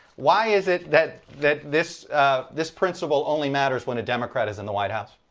why is it that that this this principle only matters when a democrat is in the white house?